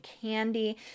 candy